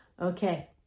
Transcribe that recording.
Okay